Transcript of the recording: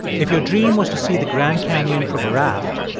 if your dream was to see the grand canyon from a raft,